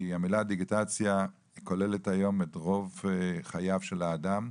כי המילה דיגיטציה כוללת היום את רוב חייו של האדם,